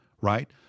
right